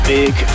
Big